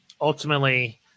ultimately